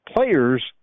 players